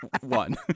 One